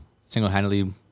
single-handedly